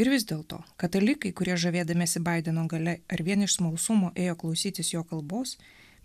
ir vis dėl to katalikai kurie žavėdamiesi baideno galia ar vien iš smalsumo ėjo klausytis jo kalbos